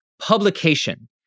publication